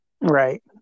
Right